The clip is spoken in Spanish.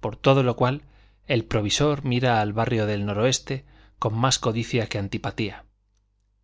por todo lo cual el provisor mira al barrio del noroeste con más codicia que antipatía